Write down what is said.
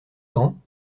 cents